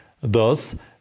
thus